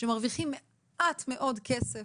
שמרוויחים מעט מאוד כסף.